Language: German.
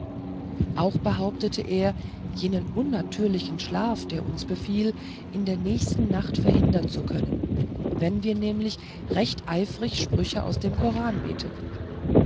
auch behauptete er jenen unnatürlichen schlaf der uns befiel in der nächsten nacht verhindern zu können wenn wir nämlich recht eifrig sprüche aus dem koran beteten